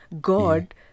God